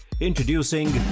Introducing